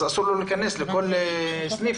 אז אסור לו להיכנס לכל הסניף.